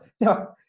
no